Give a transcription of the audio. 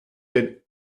denn